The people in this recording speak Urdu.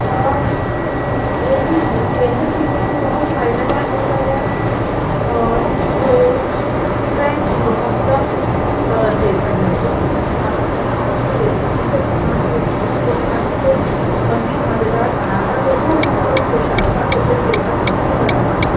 اور دیسی گھی صحت کے لیے بھی بہت فائدےمند ہوتا ہے اور وہ فیٹ بھی بہت کم دیتا ہے تو اس لیے میں اپنے کھانوں میں دیسی گھی کا استعمال کرتی ہوں جو کھانے کو مزید مزےدار بناتا تو ہے اور اس کے ساتھ ساتھ اسے صحتمند بھی بناتا ہے